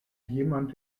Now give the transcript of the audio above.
jemand